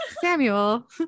Samuel